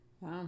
Wow